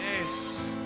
yes